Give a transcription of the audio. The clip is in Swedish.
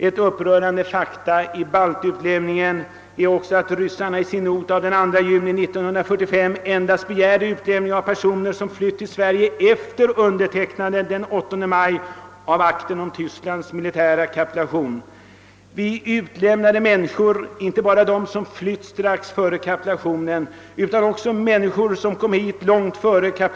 Ett upprörande faktum i baltutlämningen är att ryssarna i sin not den 2 juni 1945 endast begärde utlämning av personer som flytt till Sverige efter undertecknandet den 8 maj av akten om Tysklands militära kapitulation. Men vi utlämnade inte bara människor som flytt strax före kapitulationen utan också människor som kommit hit lång tid dessförinnan.